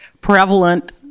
prevalent